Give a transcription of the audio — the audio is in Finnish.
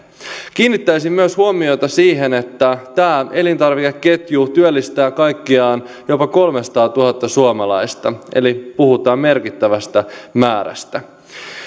kiinnittäisin huomiota myös siihen että tämä elintarvikeketju työllistää kaikkiaan jopa kolmesataatuhatta suomalaista eli puhutaan merkittävästä määrästä